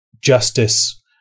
justice